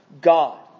God